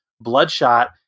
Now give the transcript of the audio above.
Bloodshot